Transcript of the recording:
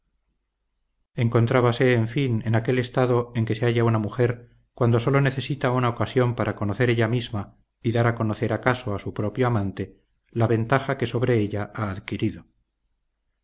encontrábase en fin en aquel estado en que se halla una mujer cuando sólo necesita una ocasión para conocer ella misma y dar a conocer acaso a su propio amante la ventaja que sobre ella ha adquirido